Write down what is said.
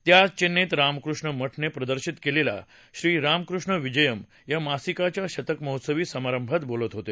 ते आज चेन्नईत रामकृष्ण मठनं प्रदर्शित केलेल्या श्री रामकृष्ण विजयम या मासिकाच्या शतकहोत्सवी समारंभात बोलत होते